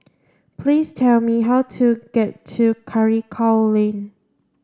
please tell me how to get to Karikal Lane